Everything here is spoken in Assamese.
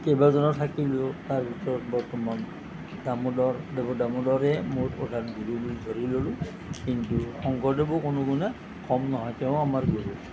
কেইবাজনো থাকিলেও তাৰ ভিতৰত বৰ্তমান দামোদৰ দেৱ দামোদৰে মোৰ প্ৰধান গুৰু বুলি ধৰি ল'লো কিন্তু শংকৰদেৱো কোনো গুণে কম নহয় তেৱোঁ আমাৰ গুৰু